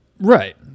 Right